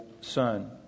son